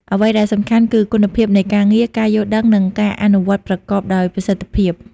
អ្វីដែលសំខាន់គឺ គុណភាពនៃការងារ ការយល់ដឹង និងការអនុវត្តប្រកបដោយប្រសិទ្ធភាព។